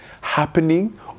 happening